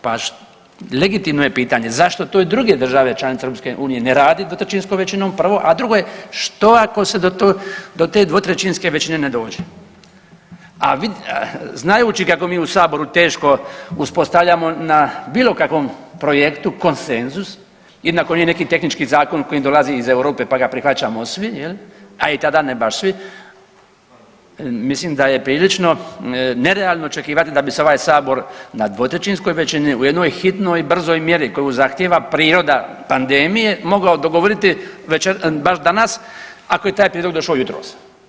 Pa legitimno je pitanje, zašto to i druge države članice EU ne radi dvotrećinskom većinom prvo, a drugo je što ako se do te dvotrećinske većine ne dođe, a znajući kako mi u saboru teško uspostavljamo na bilo kakvom projektu konsenzus i … [[Govornik se ne razumije]] tehnički zakon koji nam dolazi iz Europe pa ga prihvaćamo svi je li, a i tada ne baš svi, mislim da je prilično nerealno očekivati da bi se ovaj sabor na dvotrećinskoj većini u jednoj hitnoj i brzoj mjeri koju zahtjeva priroda pandemije mogla dogovoriti baš danas ako je taj prijedlog došao jutros.